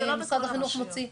משרד החינוך מוציא.